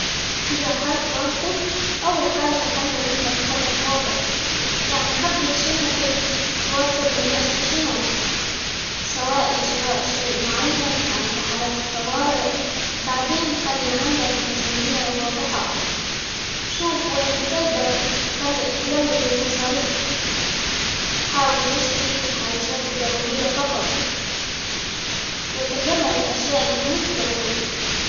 إذا حاب توفر، أول حاجة خلي عندك هدف واضح، يعني حدد شنو تبي توفر، من أجل شنو؟ سواء لشراء شيء معين، أو لحالات الطوارئ، بعدين خلي عندك ميزانية واضحة، شوف وين بتقدر -تق- تقلل المصاريف، حاول تشتري الحاجات الضرورية فقط، وتجنب الأشياء اللي مش ضرورية.